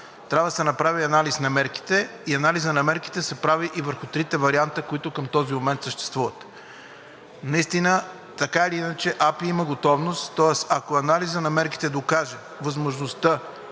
трябва да се направи анализ на мерките. Анализът на мерките се прави и върху трите варианта, които към този момент съществуват. Наистина, така или иначе, АПИ има готовност, тоест ако анализът на мерките докаже възможността